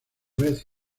vez